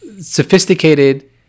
sophisticated